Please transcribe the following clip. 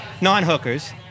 non-hookers